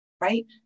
right